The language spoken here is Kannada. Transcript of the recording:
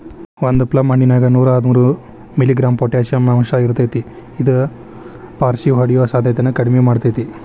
ಒಂದು ಪ್ಲಮ್ ಹಣ್ಣಿನ್ಯಾಗ ನೂರಾಹದ್ಮೂರು ಮಿ.ಗ್ರಾಂ ಪೊಟಾಷಿಯಂ ಅಂಶಇರ್ತೇತಿ ಇದು ಪಾರ್ಷಿಹೊಡಿಯೋ ಸಾಧ್ಯತೆನ ಕಡಿಮಿ ಮಾಡ್ತೆತಿ